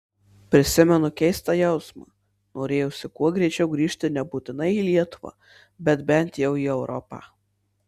prisimenu keistą jausmą norėjosi kuo greičiau grįžti nebūtinai į lietuvą bet bent jau į europą